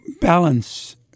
balance